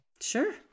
Sure